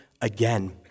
again